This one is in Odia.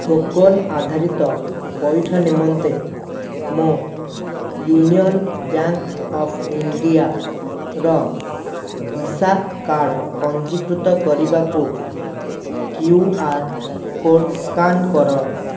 ଟୋକନ୍ ଆଧାରିତ ପଇଠ ନିମନ୍ତେ ମୋ ୟୁନିଅନ୍ ବ୍ୟାଙ୍କ୍ ଅଫ୍ ଇଣ୍ଡିଆର ଭିସା କାର୍ଡ଼୍ ପଞ୍ଜୀକୃତ କରିବାକୁ କ୍ୟୁ ଆର୍ କୋଡ଼୍ ସ୍କାନ୍ କର